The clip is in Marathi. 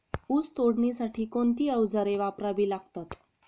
ऊस तोडणीसाठी कोणती अवजारे वापरावी लागतात?